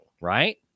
right